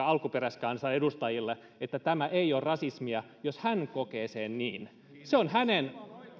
alkuperäiskansan edustajalle että tämä ei ole rasismia jos hän kokee sen niin se on hänen oikeutensa